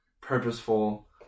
purposeful